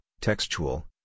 textual